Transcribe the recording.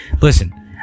Listen